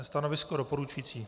Stanovisko doporučující.